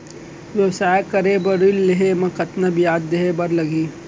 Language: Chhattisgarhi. व्यवसाय करे बर ऋण लेहे म कतना ब्याज देहे बर लागही?